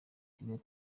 kigali